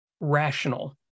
rational